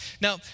Now